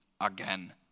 again